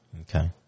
Okay